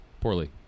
Poorly